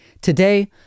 Today